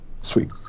Sweet